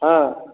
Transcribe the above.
हाँ